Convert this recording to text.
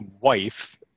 wife